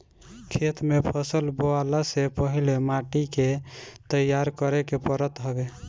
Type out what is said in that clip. खेत में फसल बोअला से पहिले माटी के तईयार करे के पड़त हवे